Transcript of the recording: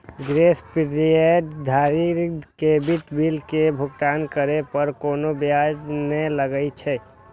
grace period धरि credit bill के भुगतान करै पर कोनो ब्याज नै लागै छै